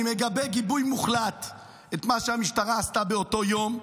אני מגבה גיבוי מוחלט את מה שהמשטרה עשתה באותו יום.